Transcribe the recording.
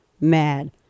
mad